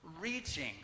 reaching